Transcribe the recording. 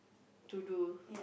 to do